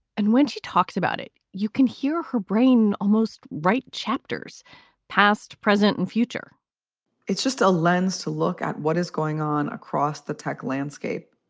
and when she talks about it, you can hear her brain almost right chapters past, present and future it's just a lens to look at what is going on across the tech landscape.